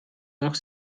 noch